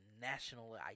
national